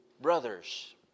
brothers